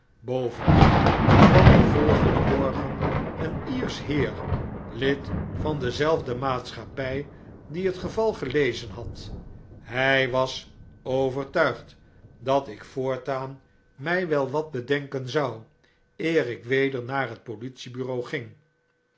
bovendien kwam den volgenden morgen een lersch heer lid van dezelfde maatschappij die het geval gelezen had hy was overtuigd dat ik voortaan mij wel wat bedenken zou eer ik weder naar het politiebureau ging